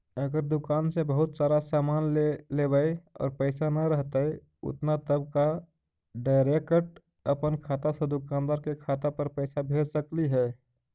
अगर दुकान से बहुत सारा सामान ले लेबै और पैसा न रहतै उतना तब का डैरेकट अपन खाता से दुकानदार के खाता पर पैसा भेज सकली हे?